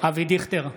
אבי דיכטר,